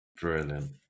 Brilliant